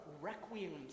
requiem